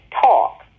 talk